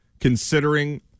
considering